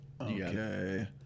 Okay